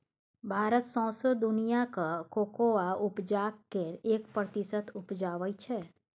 भारत सौंसे दुनियाँक कोकोआ उपजाक केर एक प्रतिशत उपजाबै छै